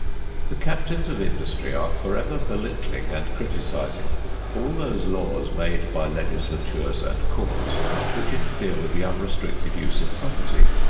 the captains of industry are forever belittling and criticising all those laws made by legislatures and courts which interfere with the unrestricted use of property.